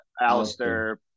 alistair